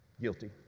Guilty